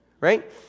right